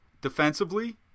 defensively